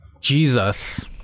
Jesus